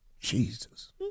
Jesus